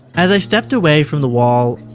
as i stepped away from the wall,